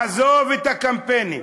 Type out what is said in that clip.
עזוב את הקמפיינים,